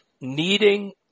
needing